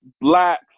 blacks